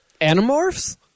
Animorphs